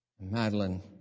Madeline